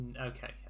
okay